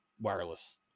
wireless